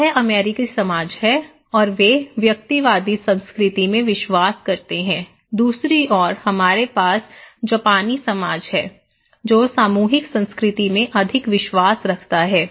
तो यह अमेरिकी समाज है और वे व्यक्तिवादी संस्कृति में विश्वास करते हैं दूसरी ओर हमारे पास जापानी समाज है जो सामूहिक संस्कृति में अधिक विश्वास रखता है